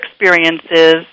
experiences